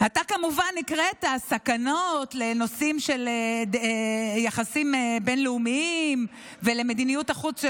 אתה כמובן הקראת סכנות לנושאים של יחסים בין-לאומיים ולמדיניות החוץ,